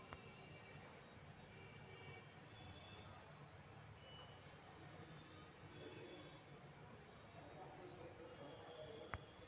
financial engineering में financial theory के साथ इंजीनियरिंग के विधियन, मैथेमैटिक्स टूल्स और प्रोग्रामिंग होबा हई